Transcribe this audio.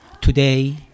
Today